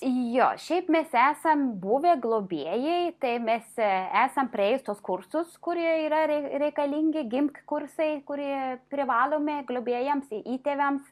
jo šiaip mes esam buvę globėjai tai mes esam praėjus tuos kursus kurie yra rei reikalingi gimk kursai kurie privalomi globėjams įtėviams